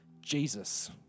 Jesus